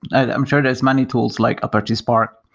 i'm sure there's many tools like apache spark.